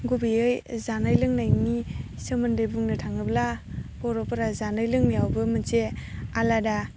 गुबैयै जानाय लोंनायनि सोमान्दै बुंनो थाङोब्ला बर'फोरा जानाय लोंनायावबो मोनसे आलादा